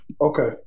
Okay